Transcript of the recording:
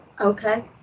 okay